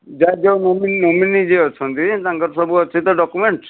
ଯାହାର ଯେଉଁ nominee nominee ଯିଏ ଅଛନ୍ତି ତାଙ୍କର ସବୁ ଅଛି ତ ଡକ୍ୟୁମେଣ୍ଟସ୍